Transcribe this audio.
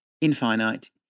infinite